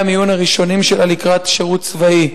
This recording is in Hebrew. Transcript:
המיון הראשונים שלה לקראת שירות צבאי.